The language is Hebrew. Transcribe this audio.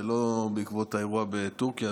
זה לא בעקבות האירוע בטורקיה,